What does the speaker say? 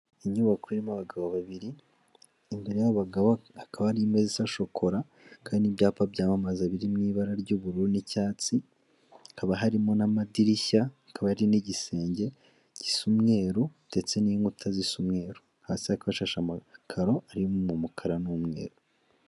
Inyubako irimo abagabo babiri, imbere y'abo bagabo hakaba hari imeza isa shokora kandi ibyapa byamamaza biri mu ibara ry'ubururu n'icyatsi, hakaba harimo n'amadirishya hakaba hari n'igisenge gisa umweru ndetse n'inkuta zisa umweru. Hasi hakaba hashashe amakaro arimo umukara n'umweru.